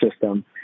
system